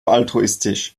altruistisch